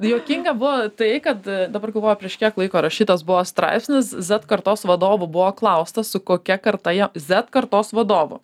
juokinga buvo tai kad dabar galvoju prieš kiek laiko rašytas buvo straipsnis z kartos vadovų buvo klausta su kokia karta jie z kartos vadovų